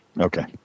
Okay